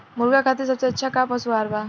मुर्गा खातिर सबसे अच्छा का पशु आहार बा?